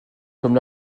comme